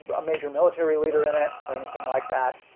a major military leader in it or anything like that